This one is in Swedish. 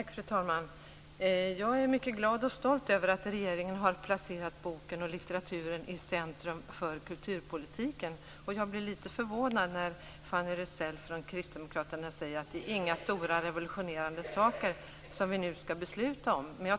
Fru talman! Jag är mycket glad och stolt över att regeringen har placerat boken och litteraturen i centrum för kulturpolitiken. Jag blir litet förvånad när Fanny Rizell från Kristdemokraterna säger att det inte är några stora revolutionerande saker vi skall besluta om.